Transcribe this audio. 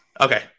Okay